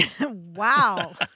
Wow